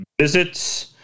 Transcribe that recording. visits